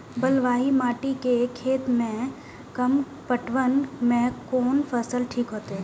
बलवाही मिट्टी के खेत में कम पटवन में कोन फसल ठीक होते?